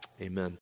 Amen